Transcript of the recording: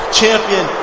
champion